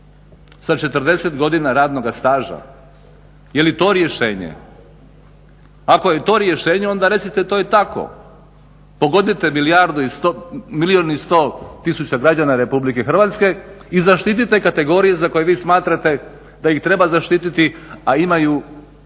sa 40 godina radnoga staža? Je li to rješenje? Ako je to rješenje onda recite to je tako. Pogodite milijun i 100 tisuća građana Republike Hrvatske i zaštitite kategorije za koje vi smatrate da ih treba zaštiti a imaju mirovinu